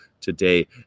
today